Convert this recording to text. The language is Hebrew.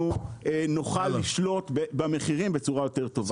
נוכל לשלוט במחירים בצורה יותר טובה.